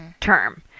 term